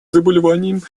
заболеваний